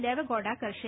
દેવેગૌડા કરશે